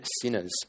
sinners